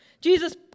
Jesus